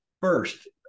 first